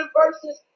verses